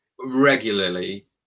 regularly